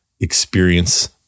experience